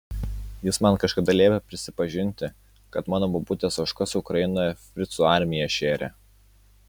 jis man kažkada liepė prisipažinti kad mano bobutės ožkas ukrainoje fricų armija šėrė